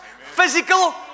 physical